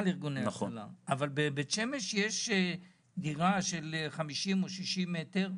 אבל בבית שמש יש דירה של 50 או 60 מטר,